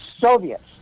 Soviets